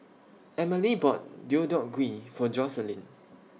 Emilie bought Deodeok Gui For Jocelyn